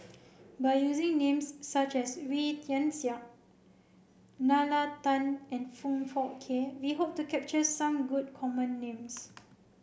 by using names such as Wee Tian Siak Nalla Tan and Foong Fook Kay we hope to capture some good common names